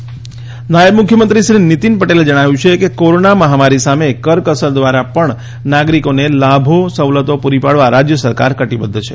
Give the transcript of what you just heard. નિતીન પટેલ નાયબ મુખ્યમંત્રી શ્રી નીતીન પટેલે જણાવ્યું છે કે કોરોના મહામારી સામે કરકસર દ્વારા પણ નાગરિકોને લાભો સવલતો પૂરી પાડવા રાજ્ય સરકાર કટીબદ્ધ છે